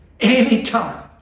anytime